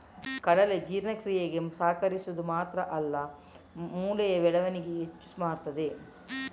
ಕಡಲೆ ಜೀರ್ಣಕ್ರಿಯೆಗೆ ಸಹಕರಿಸುದು ಮಾತ್ರ ಅಲ್ಲ ಮೂಳೆಯ ಬೆಳವಣಿಗೇನ ಹೆಚ್ಚು ಮಾಡ್ತದೆ